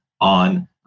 on